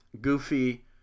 Goofy